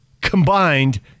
combined